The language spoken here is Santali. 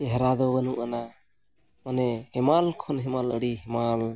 ᱪᱮᱦᱨᱟ ᱫᱚ ᱵᱟᱹᱱᱩᱜ ᱟᱱᱟ ᱢᱟᱱᱮ ᱦᱮᱢᱟᱞ ᱠᱷᱚᱱ ᱦᱮᱢᱟᱞ ᱟᱹᱰᱤ ᱦᱮᱢᱟᱞ